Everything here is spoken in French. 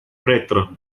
prêtre